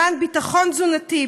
למען ביטחון תזונתי,